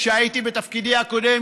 כשהייתי בתפקידי הקודם,